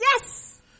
Yes